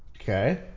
Okay